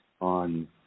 on